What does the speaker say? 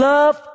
Love